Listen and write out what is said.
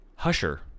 Husher